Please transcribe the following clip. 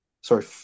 sorry